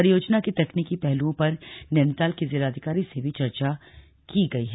परियोजना के तकनीकी पहलुओं पर नैनीताल के जिलाधिकारी से भी चर्चा की गई है